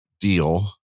deal